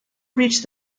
reached